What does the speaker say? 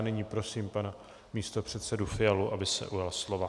Nyní prosím pana místopředsedu Fialu, aby se ujal slova.